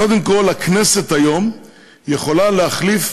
קודם כול, היום הכנסת יכולה להחליף